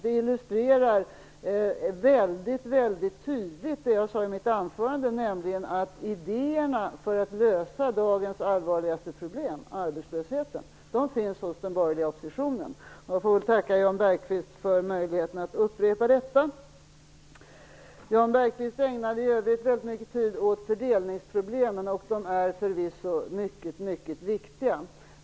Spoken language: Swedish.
Det illustrerar väldigt tydligt det jag sade i mitt anförande, nämligen att idéerna för att lösa dagens allvarligaste problem, arbetslösheten, finns hos den borgerliga oppositionen. Jag får väl tacka Jan Bergqvist för möjligheten att få upprepa detta. Jan Bergqvist ägnade i övrigt väldigt mycket tid åt fördelningsproblemen. De är förvisso mycket viktiga.